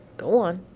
go on.